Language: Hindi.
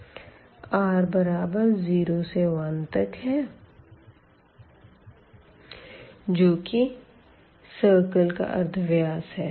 rबराबर 0 से 1तक है जो कि सिरकल का अर्धव्यास है